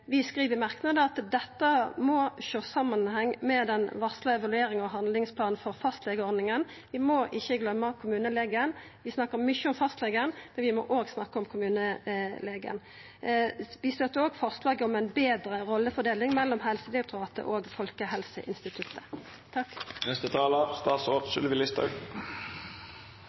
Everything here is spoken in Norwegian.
vi skriv i merknader at dette må sjåast i samanheng med den varsla evalueringa og handlingsplanen for fastlegeordninga. Vi må ikkje gløyma kommunelegen. Vi snakkar mykje om fastlegen, men vi må òg snakka om kommunelegen. Vi støttar òg forslaget om ei betre rollefordeling mellom Helsedirektoratet og Folkehelseinstituttet.